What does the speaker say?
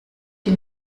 die